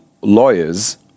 lawyers